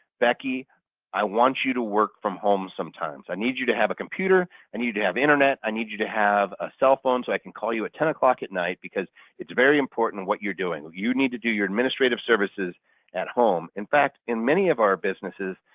becky i want you to work from home sometimes. i need you to have a computer, and i need to have internet, i need you to have a cell phone so i can call you at ten o'clock at night because it's very important what you're doing. you need to do your administrative services at home. in fact, in many of our businesses,